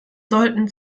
sollten